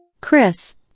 Chris